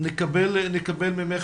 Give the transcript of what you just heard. אנחנו נקבל ממך,